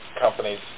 companies